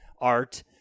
art